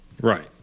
Right